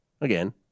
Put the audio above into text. Again